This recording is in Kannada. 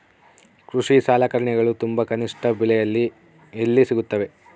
ಕೃಷಿ ಸಲಕರಣಿಗಳು ತುಂಬಾ ಕನಿಷ್ಠ ಬೆಲೆಯಲ್ಲಿ ಎಲ್ಲಿ ಸಿಗುತ್ತವೆ?